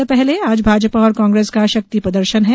उससे पहले आज भाजपा और कांग्रेस का शक्ति प्रदर्शन है